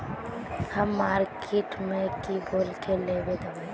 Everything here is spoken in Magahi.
हम मार्किट में की बोल के लेबे दवाई?